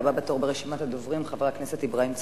הבא בתור ברשימת הדוברים, חבר הכנסת אברהים צרצור.